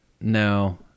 No